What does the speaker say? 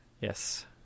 Yes